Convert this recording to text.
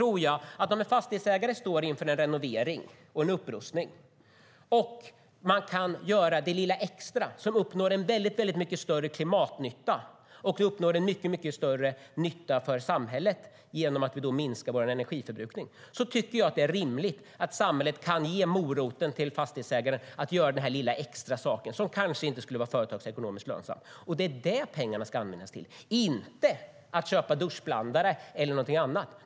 Om en fastighetsägare står inför en renovering och upprustning och man kan göra det lilla extra uppnår vi en väldigt mycket större klimatnytta och en mycket större nytta för samhället genom att vi minskar vår energiförbrukning. Då tycker jag att det är rimligt att samhället kan ge moroten till fastighetsägaren att göra den lilla extra saken som kanske inte skulle vara företagsekonomiskt lönsamt. Det är vad pengarna ska användas till, inte till att köpa duschblandare eller någonting annat.